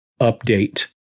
update